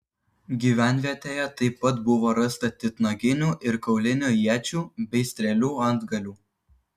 gyvenvietėje taip pat buvo rasta titnaginių ir kaulinių iečių bei strėlių antgalių